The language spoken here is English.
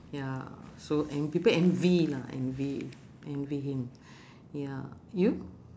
ya so en~ people envy lah envy envy him ya you